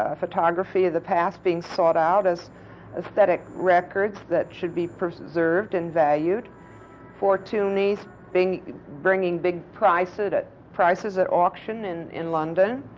ah photography of the past being sought out as aesthetic records that should be preserved and valued fortunys being bringing big prices at prices at auction in in london,